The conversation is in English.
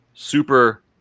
Super